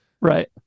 Right